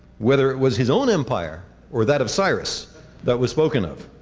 whether it was his own empire or that of cyrus that was spoken of.